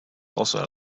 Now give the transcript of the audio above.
also